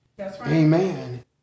amen